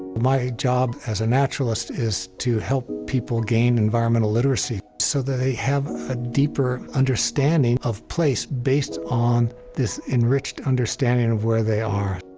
my job, as a naturalist, is to help people gain environmental literacy, so that they have a deeper understanding of place based on this enriched understanding of where they are.